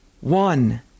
one